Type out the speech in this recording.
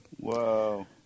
Whoa